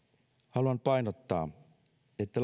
haluan painottaa että